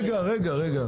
רגע, רגע.